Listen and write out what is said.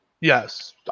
Yes